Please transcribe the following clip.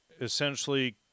essentially